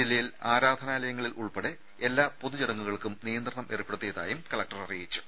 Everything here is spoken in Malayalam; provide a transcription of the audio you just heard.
ജില്ലയിൽ ആരാധനാലയങ്ങളിൽ ഉൾപ്പെടെ എല്ലാ പൊതുചടങ്ങുകൾക്കും നിയന്ത്രണം ഏർപ്പെടുത്തിയതായും കലക്ടർ അറി യിച്ചു